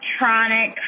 electronic